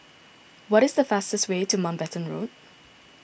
what is the fastest way to Mountbatten Road